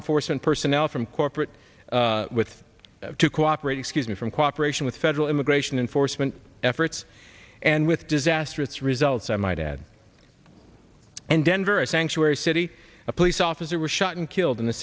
enforcement personnel from corporate with to cooperate excuse me from cooperation with federal immigration enforcement efforts and with disastrous results i might add and denver a sanctuary city a police officer was shot and killed in the